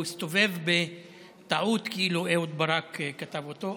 הוא הסתובב בטעות כאילו אהוד ברק כתב אותו.